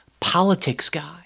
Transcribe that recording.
POLITICSGUY